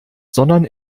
sondern